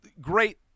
great